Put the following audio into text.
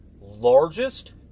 largest